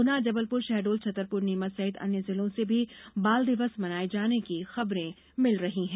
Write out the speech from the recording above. गुना जबलपुर शहडोल छतरपुर नीमच सहित अन्य जिलों से भी बाल दिवस मनाये जाने की खबरें मिल रही है